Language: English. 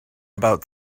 about